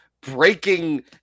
breaking